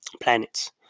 planets